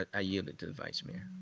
ah yielded to the vice mayor.